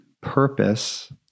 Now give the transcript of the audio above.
purpose